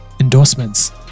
endorsements